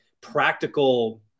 practical